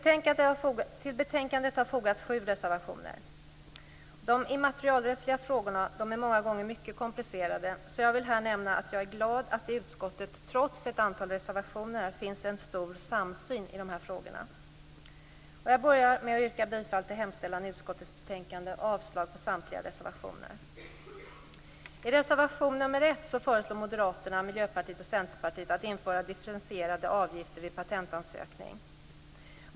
Till betänkandet har fogats sju reservationer. De immaterialrättsliga frågorna är många gånger mycket komplicerade. Jag vill därför nämna att jag är glad att det i utskottet trots dessa reservationer finns en stor samsyn i de här frågorna. Jag börjar med att yrka bifall till hemställan i utskottets betänkande och avslag på samtliga reservationer. I reservation nr 1 föreslår Moderaterna, Miljöpartiet och Centerpartiet att införa differentierade avgifter vid patentansökning.